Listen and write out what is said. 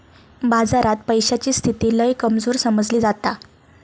बाजारात पैशाची स्थिती लय कमजोर समजली जाता